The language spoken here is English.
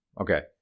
okay